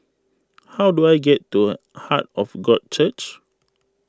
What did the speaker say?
how do I get to Heart of God Church